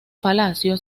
palacio